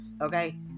Okay